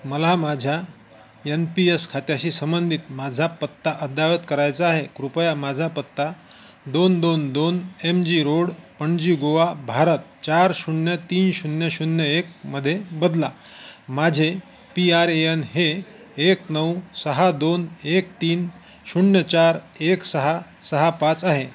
मला माझ्या N P S खात्याशी संबंधित माझा पत्ता अद्ययावत करायचा आहे कृपया माझा पत्ता दोन दोन दोन M G road Panaji Goa Bharat चार शून्य तीन शून्य शून्य एक मध्ये बदला माझे पी आर ए यन हे एक नऊ सहा दोन एक तीन शून्य चार एक सहा सहा पाच आहे